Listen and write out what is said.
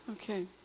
Okay